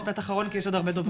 משפט אחרון כי יש עוד הרבה דוברים.